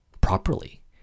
properly